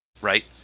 right